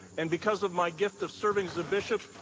and because of my gift of serving as a bishop,